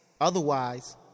Otherwise